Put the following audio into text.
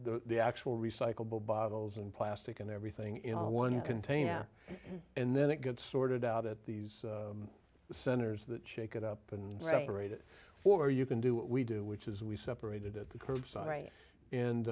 the the actual recyclable bottles and plastic and everything in one container and then it gets sorted out at these centers that shake it up and parade it for you can do what we do which is we separated at the curbside